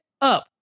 up